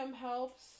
helps